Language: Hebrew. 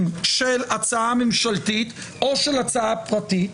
של הצעה ממשלתית או של הצעה פרטית,